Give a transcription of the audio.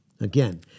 Again